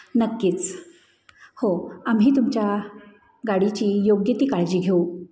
नक्कीच हो आम्ही तुमच्या गाडीची योग्य ती काळजी घेऊ